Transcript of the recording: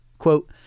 Quote